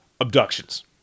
abductions